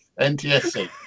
NTSC